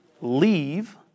leave